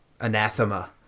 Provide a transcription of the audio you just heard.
anathema